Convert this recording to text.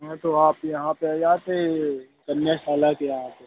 हाँ तो आप यहाँ पर आ जाते कन्याशाला के यहाँ पर